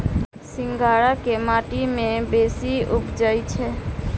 सिंघाड़ा केँ माटि मे बेसी उबजई छै?